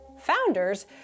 founders